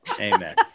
amen